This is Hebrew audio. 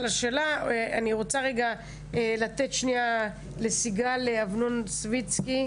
אני רוצה לתת לסיגל אבנון סויצקי.